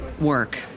work